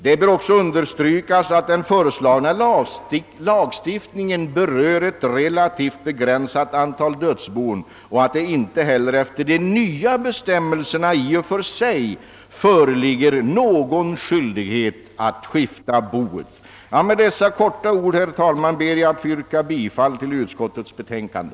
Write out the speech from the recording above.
Det bör också understrykas, att den föreslagna lagstiftningen berör ett relativt begränsat antal dödsbon och att det inte heller efter de nya bestämmelserna i och för sig föreligger någon skyldighet att skifta boet. Med dessa ord, herr talman, ber jag att få yrka bifall till utskottets betänkande.